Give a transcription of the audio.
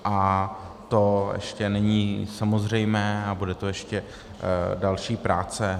A to ještě není samozřejmé a bude to ještě další práce.